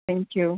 thank you